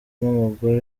n’umugore